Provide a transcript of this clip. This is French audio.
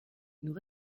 nous